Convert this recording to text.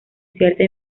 cierta